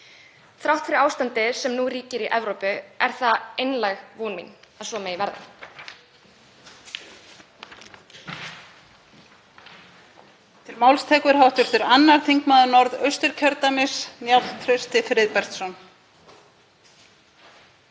Þrátt fyrir ástandið sem nú ríkir í Evrópu er það einlæg von mín að svo megi verða.